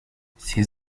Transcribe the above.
ses